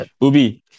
Ubi